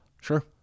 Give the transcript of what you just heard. Sure